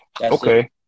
Okay